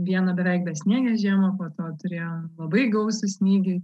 vieną beveik besniegę žiemą po to turėjom labai gausų snygį